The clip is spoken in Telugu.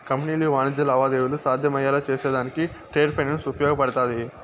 కంపెనీలు వాణిజ్య లావాదేవీలు సాధ్యమయ్యేలా చేసేదానికి ట్రేడ్ ఫైనాన్స్ ఉపయోగపడతాది